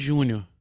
Júnior